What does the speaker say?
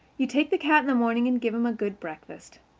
you take the cat in the morning and give him a good breakfast.